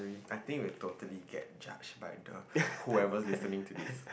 I think will totally get judge by the who ever listening to this